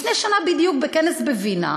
לפני שנה בדיוק, בכנס בווינה,